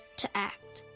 to act.